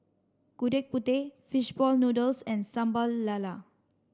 Gudeg Putih fish ball noodles and Sambal Lala